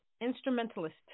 instrumentalist